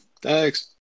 thanks